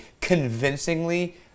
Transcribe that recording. convincingly